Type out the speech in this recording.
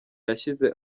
yashyize